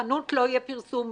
דוד, אני עובר להצבעה.